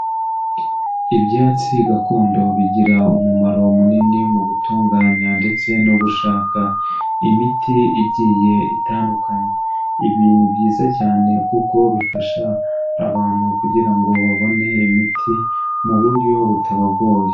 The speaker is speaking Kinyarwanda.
Ibyatsi gakondo bigira umumaro munini mu gutunganya ndetse no gushaka imiti igiye itandukanye, ibi ni byiza cyane kuko bifasha abantu kugira ngo babone imiti mu buryo butabagoye.